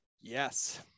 Yes